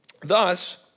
Thus